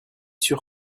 sûr